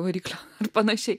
variklio ar pan